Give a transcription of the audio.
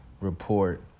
report